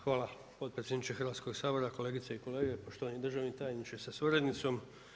Hvala potpredsjedniče Hrvatskog sabora, kolegice i kolege, poštovani državni tajniče sa suradnicom.